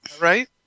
Right